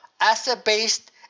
asset-based